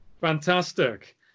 Fantastic